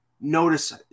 notice